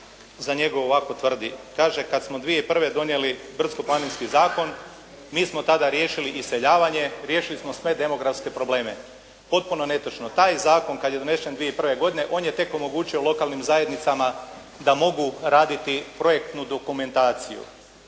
za njegovo, ovako tvrdi. Kaže kad smo 2001. donijeli brdsko-planinski zakon mi smo tada riješili iseljavanje. Riješili smo sve demografske probleme. Potpuno netočno. Taj zakon kad je donešen 2001. godine on je tek omogućio lokalnim zajednicama da mogu raditi projektnu dokumentaciju.